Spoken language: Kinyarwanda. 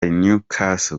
newcastle